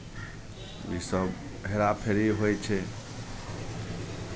इसभ हेराफेरी होइ छै